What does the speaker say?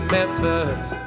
Memphis